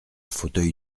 fauteuil